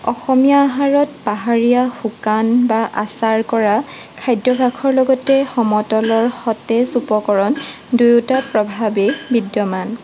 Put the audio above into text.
অসমীয়া আহাৰত পাহাৰীয়া শুকান বা আচাৰ কৰা খাদ্যভাসৰ লগতে সমতলৰ দুয়োটা প্ৰভাৱেই বিদ্যমান